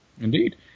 Indeed